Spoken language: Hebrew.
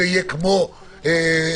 זה יהיה כמו מלון,